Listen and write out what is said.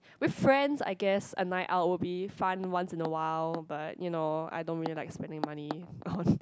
with friends I guess I might I will be fun once in awhile but you know I don't really like spending money on